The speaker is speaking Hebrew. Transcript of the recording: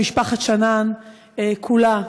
למשפחת שנאן כולה,